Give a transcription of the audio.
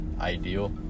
ideal